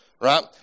right